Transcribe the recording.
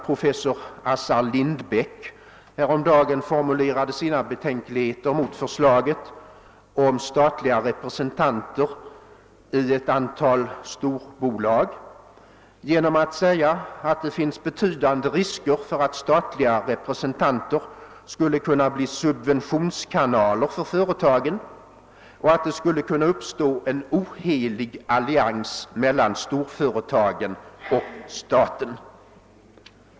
Professor Assar Lindbeck formulerade t.ex. häromdagen sina betänkligheter mot förslaget om statliga representanter i ett antal storbolag genom att säga, att det finns betydande risker för att statliga representanter skulle kunna bli subventionskanaler för företagen och att det skulle kunna uppstå en ohelig allians mellan storföretagen och staten.